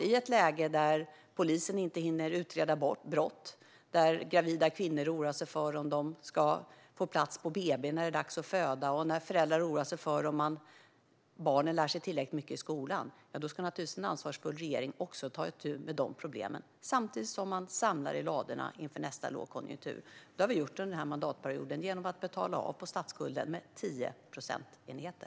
I ett läge där polisen inte hinner utreda brott, där gravida kvinnor oroar sig för om de ska få plats på BB när det är dags att föda och där föräldrar oroar sig för om barnen lär sig tillräckligt mycket i skolan ska naturligtvis en ansvarsfull regering ta itu med de problemen, samtidigt som man samlar i ladorna inför nästa lågkonjunktur. Det har vi gjort under den här mandatperioden genom att betala av på statsskulden med 10 procentenheter.